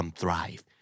thrive